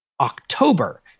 October